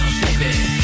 baby